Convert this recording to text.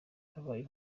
abayeho